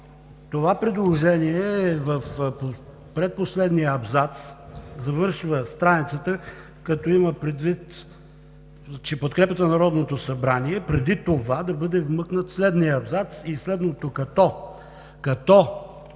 Това предложение е в предпоследния абзац, страницата завършва: като има предвид, че подкрепата на Народното събрание, преди това да бъде вмъкнат следният абзац и следното „като“: „като